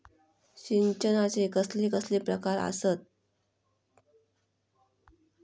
सिंचनाचे कसले कसले प्रकार आसत?